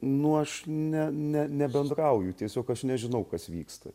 nu aš ne ne nebendrauju tiesiog aš nežinau kas vyksta